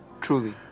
Truly